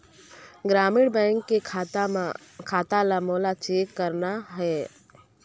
ग्रामीण बैंक के खाता ला मोला चेक करना हे?